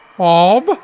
Bob